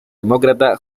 demócrata